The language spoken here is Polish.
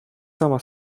sama